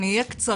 אני אהיה קצרה,